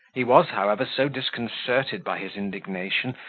he was, however, so disconcerted by his indignation,